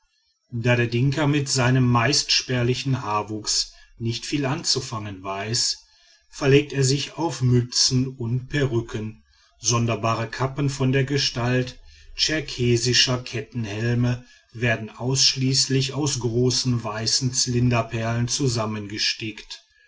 da der dinka mit seinem meist spärlichen haarwuchs nicht viel anzufangen weiß verlegt er sich auf mützen und perücken sonderbare kappen von der gestalt tscherkessischer kettenhelme werden ausschließlich aus großen weißen zylinderperlen zusammengestickt